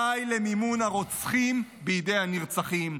די למימון הרוצחים בידי הנרצחים,